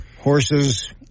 Horses